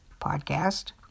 podcast